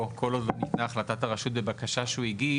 כל עוד לא ניתנה החלטת הרשות בבקשה שהוא הגיש,